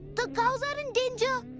the cows are in danger!